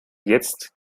jetzt